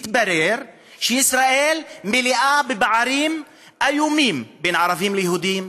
התברר שישראל מלאה בפערים איומים: בין ערבים ליהודים,